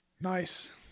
Nice